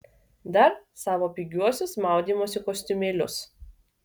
dar savo pigiuosius maudymosi kostiumėlius